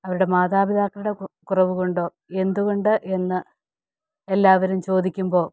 അവരുടെ മാതാപിതാക്കളുടെ കുറവ് കൊണ്ടോ എന്തുകൊണ്ട് എന്ന് എല്ലാവരും ചോദിക്കുമ്പോൾ